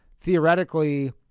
theoretically